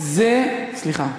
סליחה,